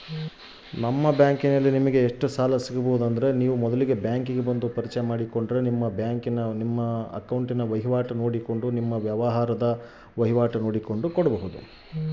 ನನಗ ನಿಮ್ಮ ಬ್ಯಾಂಕಿನಿಂದ ಎಷ್ಟು ಸಾಲ ಸಿಗಬಹುದು?